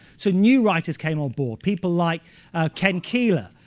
so new writers came on board. people like ken keeler,